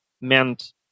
meant